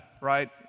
right